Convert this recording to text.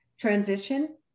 transition